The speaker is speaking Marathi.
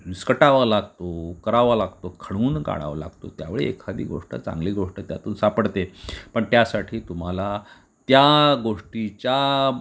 विस्कटावा लागतो उकरावा लागतो खणून काढावा लागतो त्यावेळी एखादी गोष्ट चांगली गोष्ट त्यातून सापडते पण त्यासाठी तुम्हाला त्या गोष्टीच्या